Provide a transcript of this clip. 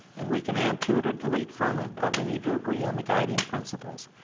and we can add to it or delete from it, but we need to agree on the guiding principles,